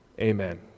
Amen